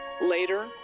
Later